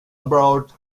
aboard